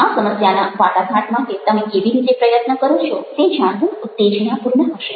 આ સમસ્યાના વાટાઘાટ માટે તમે કેવી રીતે પ્રયત્ન કરો છો તે જાણવું ઉત્તેજનાપૂર્ણ હશે